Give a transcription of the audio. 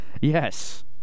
Yes